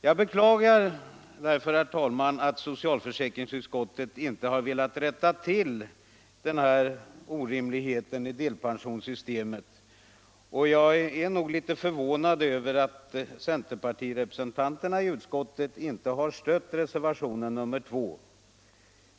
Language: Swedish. Jag beklagar därför, herr talman, att socialförsäkringsutskottet inte har velat rätta till denna orimlighet i delpensionssystemet. Jag är litet förvånad över att centerpartirepresentanterna i utskottet inte stött reservationen 2.